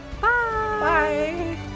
Bye